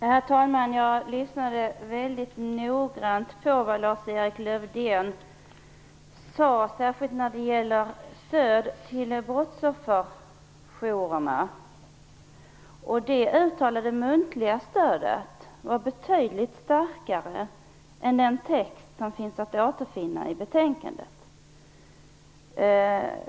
Herr talman! Jag lyssnade mycket noggrant på det Lars-Erik Lövdén sade, särskilt när det gällde stöd till brottsofferjourerna. Det muntligt uttalade stödet var betydligt starkare än den text som återfinns i betänkandet.